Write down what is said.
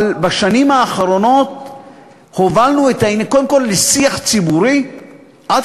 אבל בשנים האחרונות הובלנו קודם כול לשיח ציבורי עד